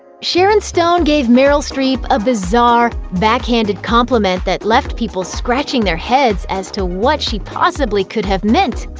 sharon stone gave meryl streep a bizarre, backhanded compliment that left people scratching their heads as to what she possibly could have meant.